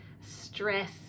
stress